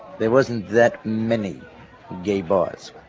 there wasn't that many gay bars.